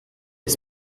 les